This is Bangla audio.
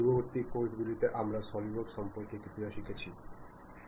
পূর্ববর্তী ক্লাসগুলিতে আমরা সলিডওয়ার্ক সম্পর্কে কিছুটা শিখেছি